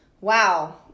wow